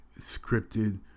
scripted